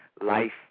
life